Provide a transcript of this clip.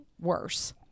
worse